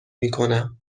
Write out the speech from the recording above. میکنم